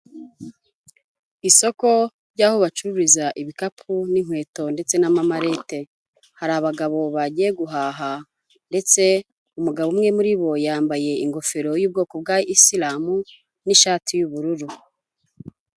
Isoko ry'aho bacururiza ibikapu n'inkweto ndetse n'amamarete, hari abagabo bagiye guhaha ndetse umugabo umwe muri bo yambaye ingofero y'ubwoko bwa isilamu n'ishati y'ubururu.